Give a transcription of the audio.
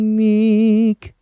meek